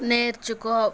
నేర్చుకో